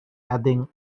adding